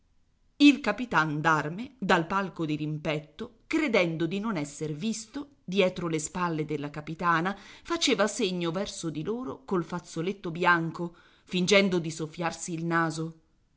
il capitan d'arme dal palco dirimpetto credendo di non esser visto dietro le spalle della capitana faceva segno verso di loro col fazzoletto bianco fingendo di soffiarsi il naso